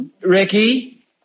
Ricky